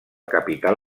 capital